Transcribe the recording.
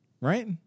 Right